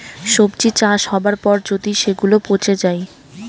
সবজি চাষ হবার পর যদি সেগুলা পচে যায়